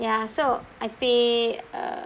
ya so I pay uh